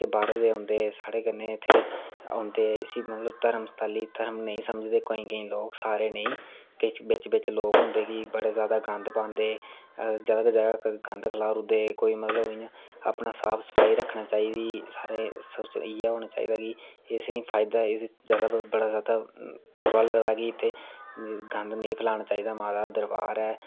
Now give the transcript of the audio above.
जेह्के बाह्रे दे औंदे साढ़े कन्नै इसी धर्म स्थल गी धर्म नेईं समझदे केईं केईं लोग सारे नेईं बिच्च बिच्च लोग होंदे कि बड़ा जादा गंद पांदे जादा जादा गंद खलारी ओड़दे जादा मतलव कि अपने साफ सफाई रक्खना चाही दी इयै होना चाही दा कि बड़ा जादा बुरा लगदा कि इत्थें गंद नेईं फलाना चाही दा माता दा दरवार ऐ